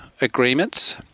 agreements